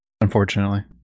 Unfortunately